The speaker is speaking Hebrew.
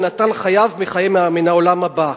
ונטל חייו מן העולם הבא".